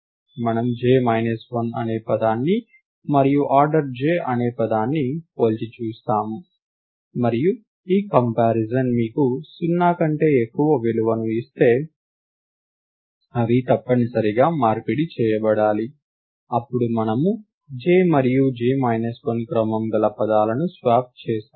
మనము j minus 1 అనే పదాన్ని మరియు ఆర్డర్ j అనే పదాన్ని పోల్చి చూస్తాము మరియు ఈ కంపారిజన్ మీకు 0 కంటే ఎక్కువ విలువను ఇస్తే అవి తప్పనిసరిగా మార్పిడి చేయబడాలి అప్పుడు మనము j మరియు j 1 క్రమం గల పదాలను స్వాప్ చేస్తాము